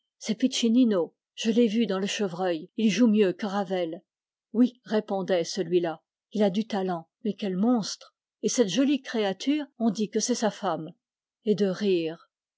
je l'ai vu dans le chevreuilj il joue mieux que ravel oui répondait celui-là il a du talent mais quel monstre et cette jolie créature on dit que c'est sa femme et de rire